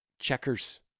checkers